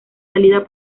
salida